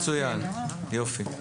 מצוין, יופי.